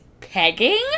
pegging